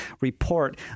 report